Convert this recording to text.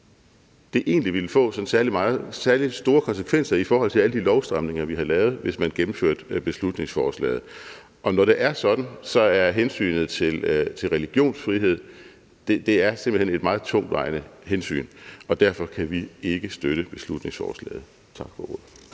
ville få sådan særlig store konsekvenser i forhold til alle de lovstramninger, vi har lavet, hvis man gennemførte beslutningsforslaget, og når det er sådan, er hensynet til religionsfrihed simpelt hen et meget tungtvejende hensyn, og derfor kan vi ikke støtte beslutningsforslaget. Tak for ordet.